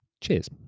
Cheers